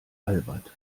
albert